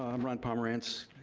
um ron pomerantz.